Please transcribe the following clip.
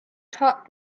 taught